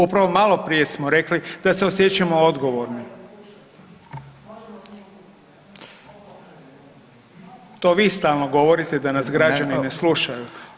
Upravo malo prije smo rekli da se osjećamo odgovornim. … [[Upadica se ne razumije.]] To vi stalno govorite da nas građani ne slušaju.